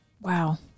Wow